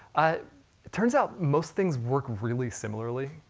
ah it turns out, most things work really similarly,